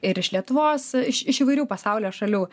ir iš lietuvos iš iš įvairių pasaulio šalių